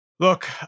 Look